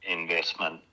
investment